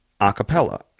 acapella